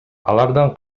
алардан